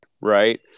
right